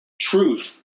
truth